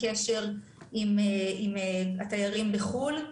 קשר עם התיירים בחו"ל,